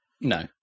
No